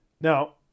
Now